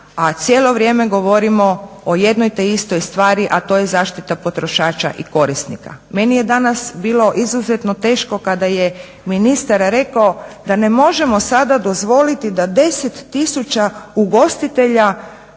a cijelo vrijeme govorimo o jednoj te istoj stvari, a to je zaštita potrošača i korisnika. Meni je danas bilo izuzetno teško kada je ministar rekao da ne možemo sada dozvoliti da 10 tisuća ugostitelja